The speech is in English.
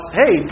hey